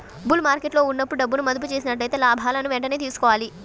bull మార్కెట్టులో ఉన్నప్పుడు డబ్బును మదుపు చేసినట్లయితే లాభాలను వెంటనే తీసుకోవాలి